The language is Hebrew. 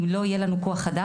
אם לא יהיה לנו כוח אדם,